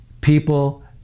People